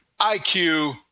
IQ